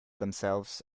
themselves